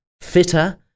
fitter